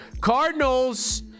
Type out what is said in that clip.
Cardinals